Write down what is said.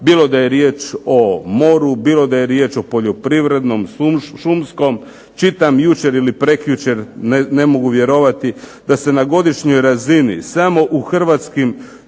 bilo da je riječ o moru, bilo da je riječ o poljoprivrednom, šumskog. Čitam jučer ili prekjučer, ne mogu vjerovati da se Hrvatske šume na godišnjoj razini oštećuju za